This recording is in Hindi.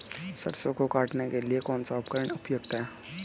सरसों को काटने के लिये कौन सा उपकरण उपयुक्त है?